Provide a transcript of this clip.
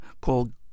called